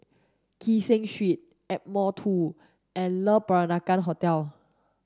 Kee Seng Street Ardmore two and Le Peranakan Hotel